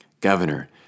Governor